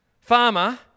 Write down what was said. farmer